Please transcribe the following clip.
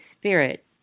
Spirit